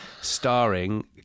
starring